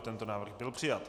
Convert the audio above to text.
Tento návrh byl přijat.